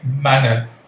manner